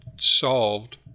solved